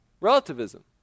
relativism